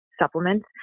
supplements